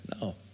No